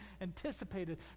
anticipated